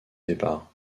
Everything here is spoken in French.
départ